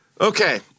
Okay